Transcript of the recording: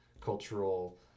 cultural